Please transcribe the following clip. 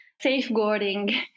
safeguarding